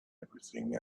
everything